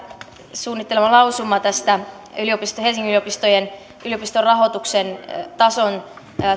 suunnittelema lausuma tästä helsingin yliopiston rahoituksen tason